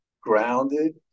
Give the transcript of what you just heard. grounded